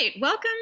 Welcome